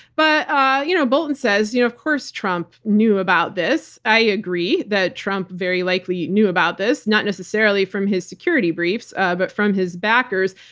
but you know bolton bolton says, you know of course trump knew about this. i agree that trump very likely knew about this, not necessarily from his security briefs ah but from his backers.